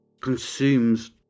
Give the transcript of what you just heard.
consumes